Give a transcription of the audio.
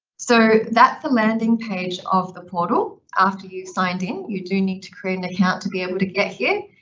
so that's the landing page of the portal. after you signed in, you do need to create an account to be able to get here.